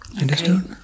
Understood